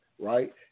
right